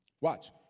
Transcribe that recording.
Watch